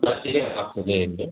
Scorpio आप मुझे दें